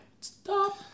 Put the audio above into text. Stop